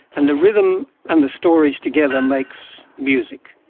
and the rhythm and the stories together makes music.